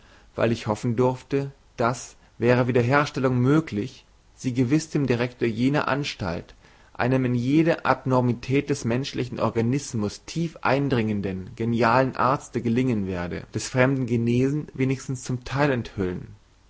weil ich hoffen durfte daß wäre wiederherstellung möglich sie gewiß dem direktor jener anstalt einem in jede abnormität des menschlichen organismus tief eindringenden genialen arzte gelingen werde des fremden genesen wenigstens zum teil enthüllen